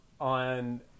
on